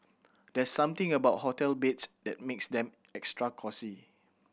there's something about hotel beds that makes them extra cosy